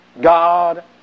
God